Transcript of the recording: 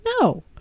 No